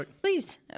please